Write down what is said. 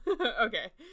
okay